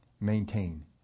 Maintain